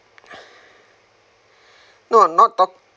no not talk